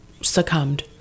succumbed